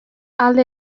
alde